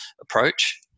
approach